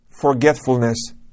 forgetfulness